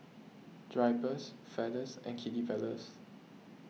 Drypers Feathers and Kiddy Palace